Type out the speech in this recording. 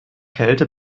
kälte